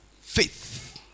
Faith